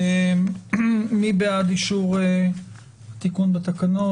מי בעד אישור התיקון בתקנות?